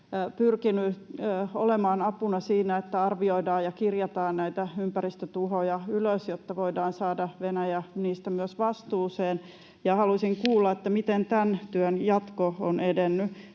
pyrkinyt olemaan apuna siinä, että arvioidaan ja kirjataan näitä ympäristötuhoja ylös, jotta voidaan saada Venäjä niistä myös vastuuseen. Haluaisin kuulla, miten tämän työn jatko on edennyt.